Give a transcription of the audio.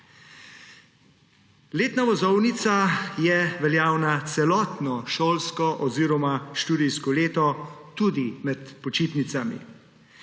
Letna vozovnica je veljavna celotno šolsko oziroma študijsko leto, tudi med počitnicami.